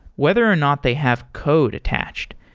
whether or not they have code attached.